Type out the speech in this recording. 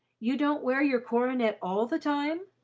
you don't wear your coronet all the time?